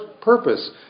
purpose